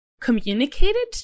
communicated